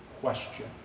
question